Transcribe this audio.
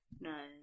No